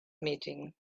meeting